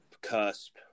cusp